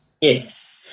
Yes